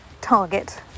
target